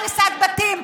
כשאת אומרת, את מטעה אותם.